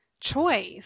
choice